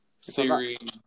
series